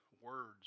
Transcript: words